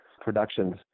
productions